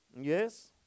Yes